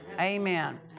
Amen